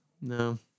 No